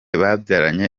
babyaranye